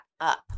up